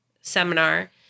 seminar